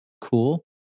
cool